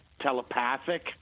telepathic